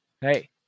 Hey